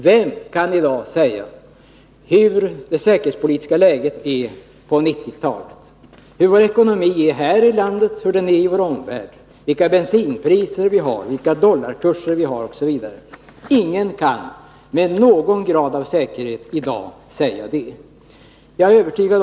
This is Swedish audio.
Vem kan i dag säga hur det säkerhetspolitiska läget är på 1990-talet, hurudan ekonomin är i vårt land och i vår omvärld, vilka bensinpriser vi har, vilka dollarkurser vi har osv.? Ingen kan i dag med någon grad av säkerhet säga det.